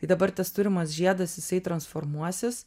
tai dabar tas turimas žiedas jisai transformuosis